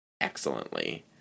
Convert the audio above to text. excellently